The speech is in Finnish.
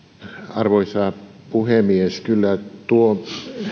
arvoisa puhemies kyllä tuo